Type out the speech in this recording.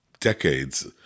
decades